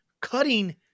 cutting